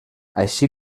així